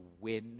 win